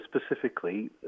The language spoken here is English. specifically